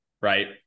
right